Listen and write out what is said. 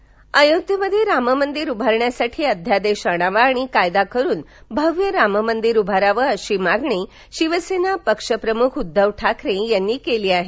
उद्दवव अयोध्येमध्ये राम मंदिर उभारण्यासाठी अध्यादेश आणावा आणि कायदा करून भव्य राम मंदिर उभारावं अशी मागणी शिवसेना पक्षप्रमुख उद्दव ठाकरे यांनी केली आहे